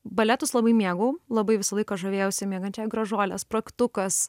baletus labai mėgau labai visą laiką žavėjausi miegančia gražuole spragtukas